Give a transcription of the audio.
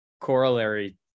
corollary